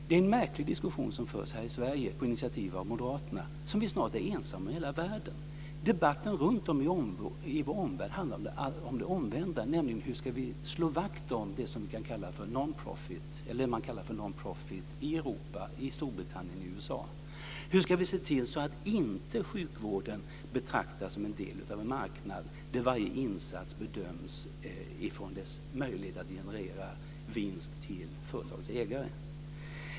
Det är en märklig diskussion som förs här i Sverige på initiativ av Moderaterna, som vi snart är ensamma om i hela världen. Debatten runtom i vår omvärld handlar om det omvända, nämligen om hur vi ska slå vakt om det som man kallar för non profit i Europa, i Storbritannien och i USA. Hur ska vi se till att sjukvården inte betraktas som en del av en marknad där varje insats bedöms utifrån dess möjlighet att generera vinst till företagets ägare?